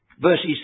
verses